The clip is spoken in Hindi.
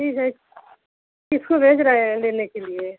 ठीक है किसको भेज रहे हैं लेने के लिए